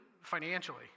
financially